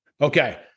okay